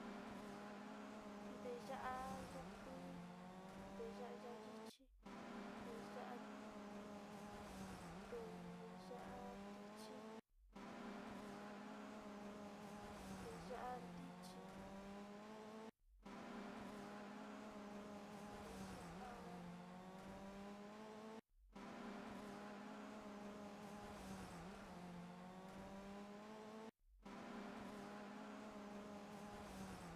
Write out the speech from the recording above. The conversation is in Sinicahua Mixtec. Te'e yá ya'á kui, te yá ya'a ichi, te yá te yá tichi. te'e yá tichi te yá.